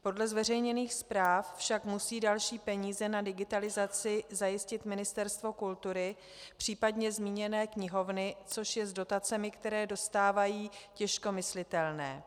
Podle zveřejněných zpráv však musí další peníze na digitalizaci zajistit Ministerstvo kultury, případně zmíněné knihovny, což je s dotacemi, které dostávají, těžko myslitelné.